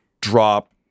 drop